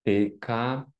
tai ką